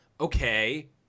okay